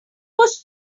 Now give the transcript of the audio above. was